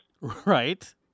Right